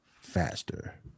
Faster